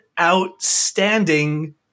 outstanding